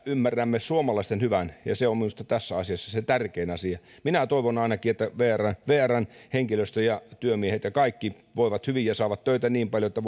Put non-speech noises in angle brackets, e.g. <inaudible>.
ymmärrämme suomalaisten hyvän se on minusta tässä asiassa se tärkein asia minä toivon ainakin että vrn henkilöstö ja työmiehet ja kaikki voivat hyvin ja saavat töitä niin paljon että <unintelligible>